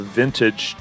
vintage